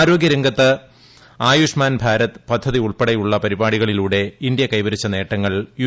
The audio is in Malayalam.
ആരോഗ്യ രംഗത്ത് ആയുഷ്മാൻ ഭാരത് പദ്ധതിയുൾപ്പെടെയുള്ള പരിപാടികളിലൂടെ ഇന്ത്യ കൈവരിച്ച നേട്ടങ്ങൾ യു